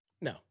No